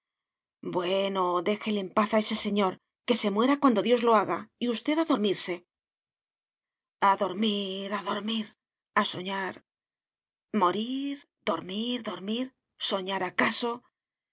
bueno déjele en paz a ese señor que se muera cuando dios lo haga y usted a dormirse a dormir a dormir a soñar morir dormir dormir soñar acaso